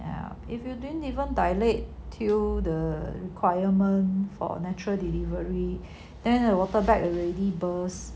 and if you didn't even dilate till the requirement for natural delivery then the water bag already burst